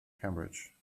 cambridge